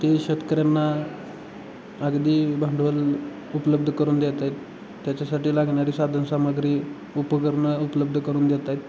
ते शेतकऱ्यांना अगदी भांडवल उपलब्ध करून देत आहेत त्याच्यासाठी लागणारी साधनसामग्री उपकरणं उपलब्ध करून देत आहेत